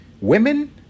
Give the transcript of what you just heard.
women